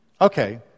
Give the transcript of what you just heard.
Okay